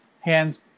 hands